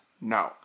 no